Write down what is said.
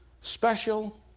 special